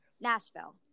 Nashville